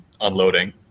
unloading